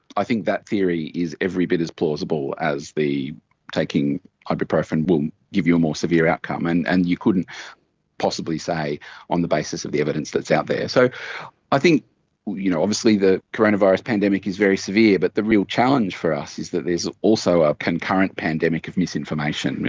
i think that theory is every bit as plausible as the taking ibuprofen will give you a more severe outcome, and and you couldn't possibly say on the basis of the evidence that's out there. so i think you know obviously the coronavirus pandemic is very severe, but the real challenge for us is that there is also a concurrent pandemic of misinformation.